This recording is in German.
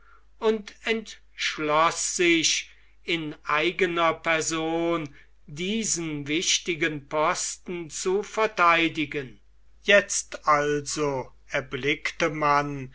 und entschloß sich in eigener person diesen wichtigen posten zu vertheidigen jetzt also erblickte man